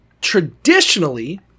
traditionally